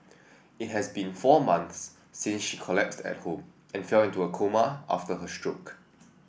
it has been four months since she collapsed at home and fell into a coma after her stroke